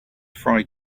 fry